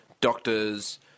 doctors